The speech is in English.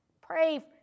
pray